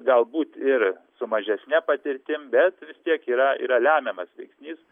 galbūt ir su mažesne patirtim bet vis tiek yra yra lemiamas veiksnys